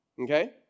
okay